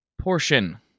portion